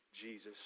Jesus